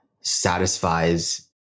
satisfies